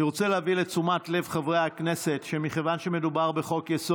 אני רוצה להביא לתשומת ליבם של חברי הכנסת שמכיוון שמדובר בחוק-יסוד,